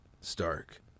Stark